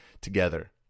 together